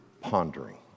pondering